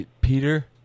Peter